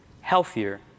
healthier